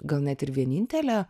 gal net ir vienintelė